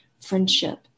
friendship